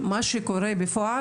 מה שקורה בפועל,